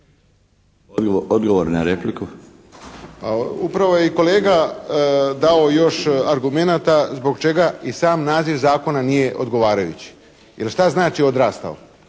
Pero (HSP)** Upravo je i kolega dao još argumenata zbog čega i sam naziv zakona nije odgovarajući. Jer šta znači odrastao?